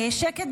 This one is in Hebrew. שקט,